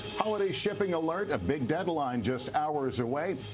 holiday shipping alert. a big deadline just hours away.